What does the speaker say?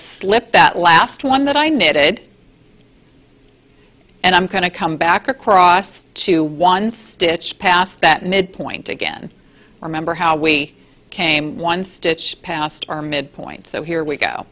slip that last one that i knitted and i'm going to come back across to one stitch past that midpoint again remember how we came one stitch past our midpoint so here we go